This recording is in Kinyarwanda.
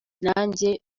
nanjye